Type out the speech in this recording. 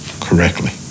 correctly